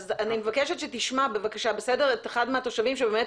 אז אני מבקשת שתשמע בבקשה את אחד מהתושבים שבאמת